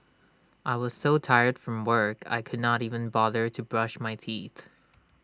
I was so tired from work I could not even bother to brush my teeth